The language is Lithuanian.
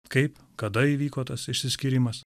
kaip kada įvyko tas išsiskyrimas